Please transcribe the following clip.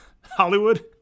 Hollywood